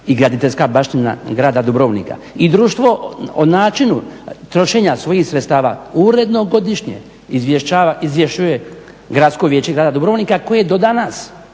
i graditeljska baština grada Dubrovnika. I društvo o načinu trošenja svojih sredstava uredno godišnje izvješćuje Gradsko vijeće grada Dubrovnika koje do danas,